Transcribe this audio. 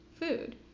food